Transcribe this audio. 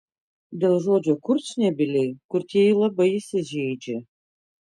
dėl žodžio kurčnebyliai kurtieji labai įsižeidžia